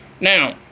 Now